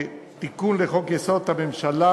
תיקון לחוק-יסוד: הממשלה,